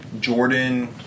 Jordan